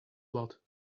what